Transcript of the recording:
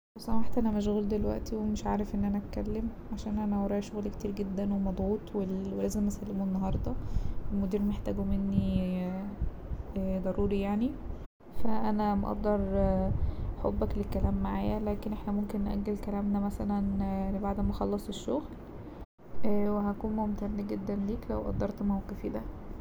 لو سمحت أنا مشغول دلوقتي ومش عارف ان انا اتكلم عشان انا ورايا شغل كتير جدا ومضغوط ولازم اسلمه النهاردة المدير محتاجه مني ضروري يعني فا أنا مقدر حبك للكلام معايا لكن احنا ممكن نأجل كلامنا مثلا لبعد ما اخلص الشغل وهكون ممتن جدا ليك لو قدرت موقفي ده.